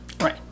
Right